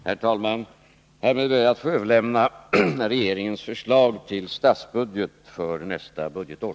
Herr talman! Härmed ber jag att till riksdagen få överlämna regeringens förslag till statsbudget för nästa budgetår.